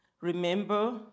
Remember